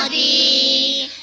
ah e